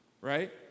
Right